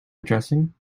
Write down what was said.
addressing